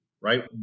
right